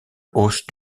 hausse